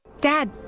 Dad